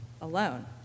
alone